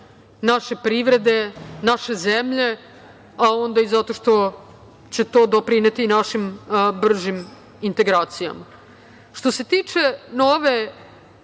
naše privrede, naše zemlje, a onda i zato što će to doprineti našim bržim integracijama. Što se tiče nove